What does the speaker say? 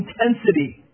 intensity